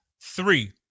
Three